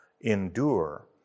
endure